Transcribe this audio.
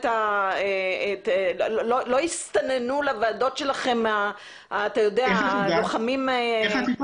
רק בגלל המנגנון המאוד מהוקצע והייחודי שיש לנו אלא גם כי